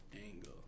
angle